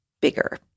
bigger